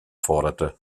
forderte